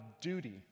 duty